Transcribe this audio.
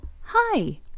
hi